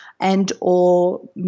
and/or